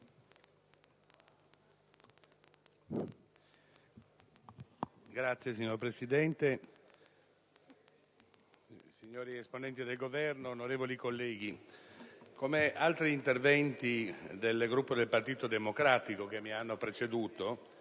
*(PD)*. Signor Presidente, signori esponenti del Governo, onorevoli colleghi, come in altri interventi del Gruppo Partito Democratico che mi hanno preceduto,